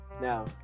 Now